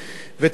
ותאר לך,